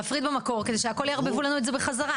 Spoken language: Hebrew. להפריד במקור כדי שיערבבו לנו הכול בחזרה.